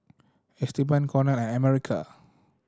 Esteban Cornel and America